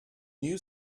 new